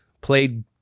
played